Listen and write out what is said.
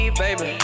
baby